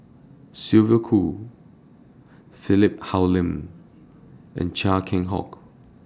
Sylvia Kho Philip Hoalim and Chia Keng Hock